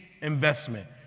investment